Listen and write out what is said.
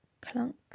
clunk